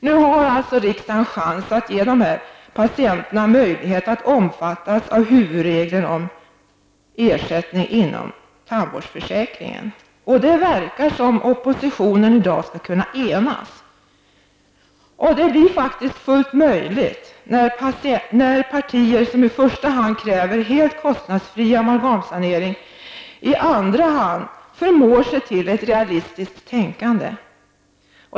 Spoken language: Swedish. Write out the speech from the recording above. Nu har riksdagen alltså chans att ge dessa patienter en möjlighet att omfattas av huvudregeln om ersättning inom tandvårdsförsäkringen. Det verkar som om oppositionen i dag kommer att kunna enas. Det blir faktiskt fullt möjligt om partier som i första hand kräver en helt kostnadsfri amalgamsanering i andra hand förmår sig till realistiskt tänkande.